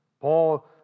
Paul